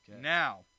Now